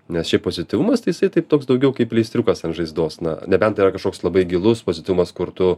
nes šiaip pozityvumas tai jisai taip toks daugiau kaip pleistriukas ant žaizdos na nebent yra kažkoks labai gilus pozityvumas kur tu